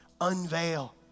unveil